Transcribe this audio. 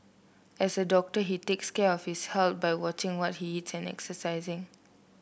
as a doctor he takes care of his health by watching what he eats and exercising